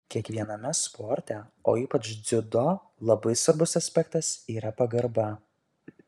kiekviename sporte o ypač dziudo labai svarbus aspektas yra pagarba